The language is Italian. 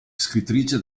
scrittrice